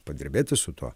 padirbėti su tuo